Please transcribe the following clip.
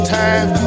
time